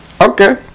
Okay